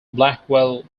blackwell